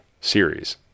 series